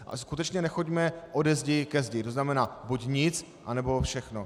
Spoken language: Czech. A skutečně nechoďme ode zdi ke zdi, to znamená buď nic, anebo všechno.